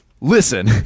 Listen